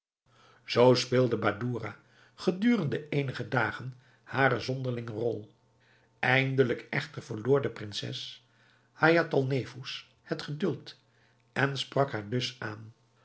zoo speelde badoura gedurende eenige dagen haren zonderlingen rol eindelijk echter verloor de prinses haïatalnefous het geduld en sprak haar dus aan